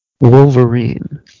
Wolverine